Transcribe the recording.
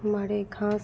हमारे घाँस